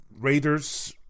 Raiders